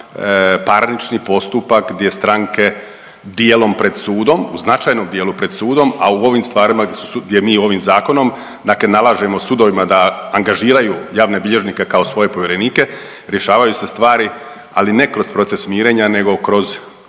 izvanparnični postupak gdje stranke dijelom pred sudom, u značajnom dijelu pred sudom, a u ovim stvarima, gdje su, gdje mi ovim Zakonom, dakle nalažemo sudovima da angažiraju javne bilježnike kao svoje povjerenike, rješavaju se stvari, ali ne kroz proces mirenja, nego kroz